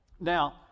now